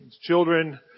Children